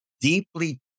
deeply